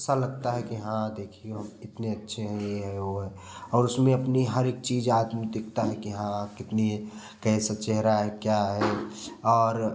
सा लगता की हाँ देखियो हम इतने अच्छे हैं ये है वो है और उसमें अपनी हर एक चीज आदमी देखता कि हाँ कितनी कैसा चेहरा है क्या है और